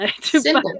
Simple